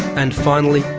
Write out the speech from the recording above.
and finally,